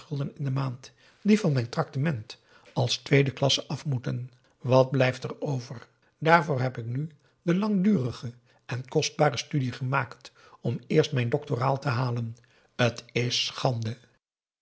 in de maand die van mijn traktement als tweede klasse afmoeten wat blijft er over daarvoor heb ik nu de langdurige en kostbare studie gemaakt om eerst mijn doctoraal te halen t is schande